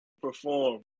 perform